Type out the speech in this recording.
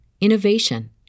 innovation